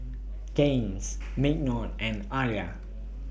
Gaines Mignon and Aliyah